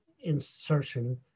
insertion